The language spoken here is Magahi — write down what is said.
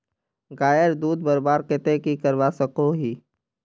गायेर दूध बढ़वार केते की करवा सकोहो ही?